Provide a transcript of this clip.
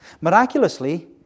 Miraculously